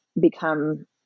become